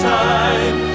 time